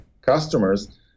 customers